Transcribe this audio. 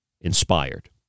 inspired